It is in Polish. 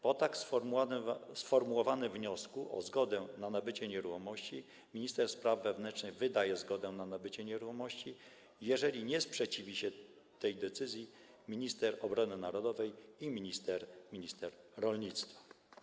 Po tak sformułowanym wniosku o zgodę na nabycie nieruchomości minister spraw wewnętrznych wydaje zgodę na nabycie nieruchomości, jeżeli nie sprzeciwi się temu minister obrony narodowej ani minister rolnictwa.